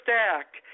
act